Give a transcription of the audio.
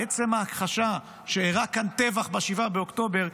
עצם ההכחשה שאירע כאן טבח ב-7 באוקטובר,